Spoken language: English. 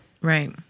Right